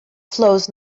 flows